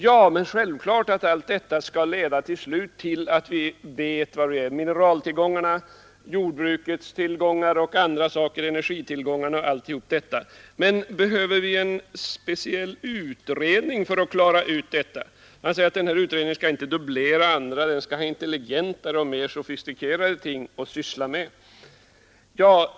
Det är självklart att allt detta till slut skall leda till att vi vet hur det är med mineraltillgångarna, jordbrukets tillgångar, energitillgångarna och allt detta. Men behöver vi en speciell utredning för att klara ut det? Herr Sundman säger att utredningen inte skall dubblera andra, den skall ha intelligentare och mer sofistikerade ting att syssla med.